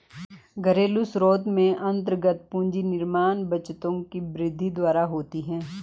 घरेलू स्रोत में अन्तर्गत पूंजी निर्माण बचतों की वृद्धि द्वारा होती है